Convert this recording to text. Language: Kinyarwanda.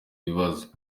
bibazo